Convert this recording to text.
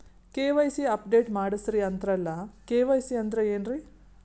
KYC update ಮಾಡಸ್ರೀ ಅಂತರಲ್ಲ KYC ಅಂದ್ರ ಏನ್ರೀ?